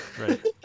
right